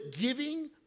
giving